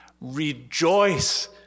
rejoice